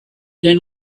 then